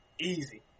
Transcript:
easy